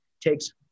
takes